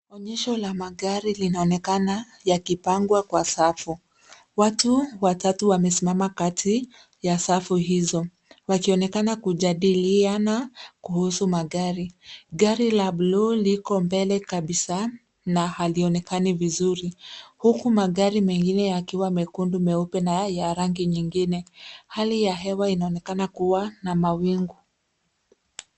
Onyesho la magari linaonekana yakipangwa kwa safu. Watu watatu wamesimama kati ya safu hizo; wakionekana kujadiliana kuhusu magari. Gari la bluu liko mbele kabisa na halionekani vizuri, huku magari mengine yakiwa mekundu meupe na ya rangi nyingine. Hali ya hewa inaonekana kuwa na mawingu.